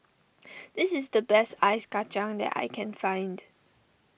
this is the best Ice Kacang that I can find